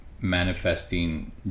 manifesting